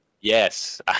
Yes